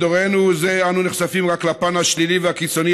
בדורנו זה אנו נחשפים רק לפן השלילי והקיצוני,